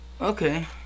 Okay